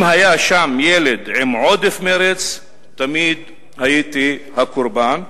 אם היה שם ילד עם עודף מרץ, תמיד הייתי הקורבן".